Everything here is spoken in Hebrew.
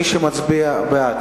מי שמצביע בעד,